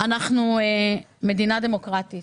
אנחנו מדינה דמוקרטית